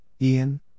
Ian